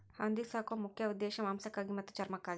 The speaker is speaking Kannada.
ಹಂದಿ ಸಾಕು ಮುಖ್ಯ ಉದ್ದೇಶಾ ಮಾಂಸಕ್ಕಾಗಿ ಮತ್ತ ಚರ್ಮಕ್ಕಾಗಿ